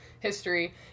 history